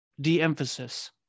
de-emphasis